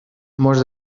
molts